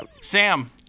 Sam